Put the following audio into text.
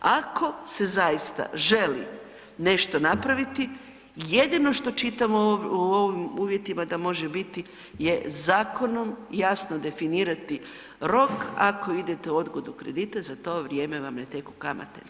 Ako se zaista želi nešto napraviti jedino što čitam u ovim uvjetima da može biti je zakonom jasno definirati rok ako idete u odgodu kredita za to vrijeme vam ne teku kamate.